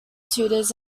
tutors